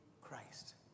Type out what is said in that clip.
Christ